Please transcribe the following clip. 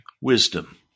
wisdom